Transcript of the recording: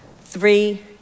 Three